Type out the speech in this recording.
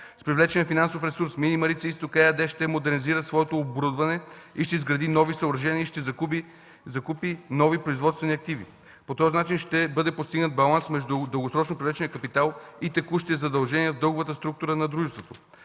С привлечения финансов ресурс „Мини Марица изток” ЕАД ще модернизира своето оборудване и ще изгради нови съоръжения, ще закупи нови производствени активи. По този начин ще бъде постигнат баланс между дългосрочно привлечения капитал и текущите задължения в дълговата структура на дружеството.